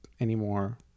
anymore